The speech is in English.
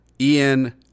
Ian